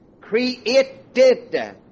created